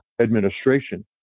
administration